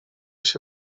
się